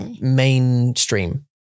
mainstream